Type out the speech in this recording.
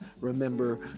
remember